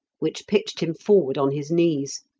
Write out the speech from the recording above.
which pitched him forward on his knees,